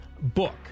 BOOK